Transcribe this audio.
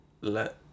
let